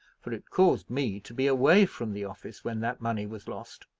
for it caused me to be away from the office when that money was lost.